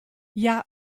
hja